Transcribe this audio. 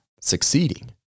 succeeding